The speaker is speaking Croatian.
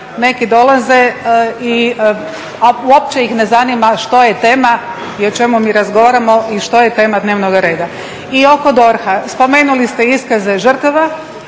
neki dolaze, a uopće ih ne zanima što je tema i o čemu mi razgovaramo i što je tema dnevnoga reda. I oko DORH-a, spomenuli ste iskaze žrtava.